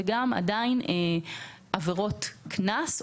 וגם עבירות קנס,